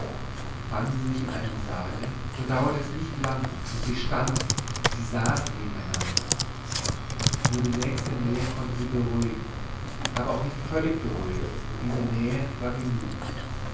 fanden sie sich in einem saale so dauerte es nicht lange und sie standen sie saßen nebeneinander nur die nächste nähe konnte sie beruhigen aber auch völlig beruhigen und diese nähe war genug